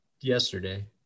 yesterday